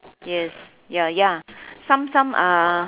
yes ya ya some some are